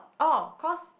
oh cause